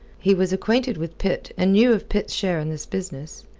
he was acquainted with pitt and knew of pitt's share in this business.